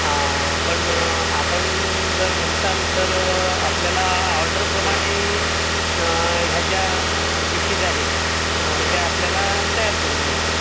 हा पण आपण जर म्हणसाल तर आपल्याला ऑर्डरप्रमाणे ह्या ज्या डीशेश आहे त्या आपल्याला तयार करून मिळतील